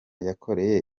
yakoreye